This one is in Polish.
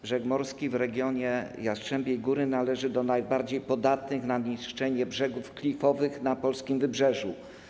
Brzeg morski w regionie Jastrzębiej Góry należy do najbardziej podatnych na niszczenie brzegów klifowych na polskim wybrzeżu.